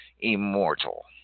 Immortal